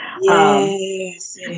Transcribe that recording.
Yes